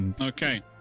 Okay